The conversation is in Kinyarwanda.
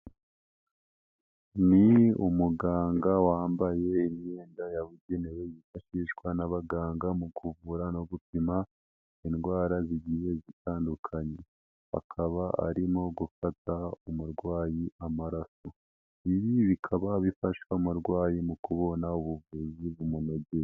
Ni umuganga wambaye imyenda yabugenewe yifashishwa n'abaganga mu kuvura no gupima indwara zigiye zitandukanye, akaba arimo gufata umurwayi amaraso, ibi bikaba bifasha umurwayi mu kubona ubuvuzi bumunogeye.